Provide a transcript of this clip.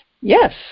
Yes